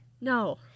No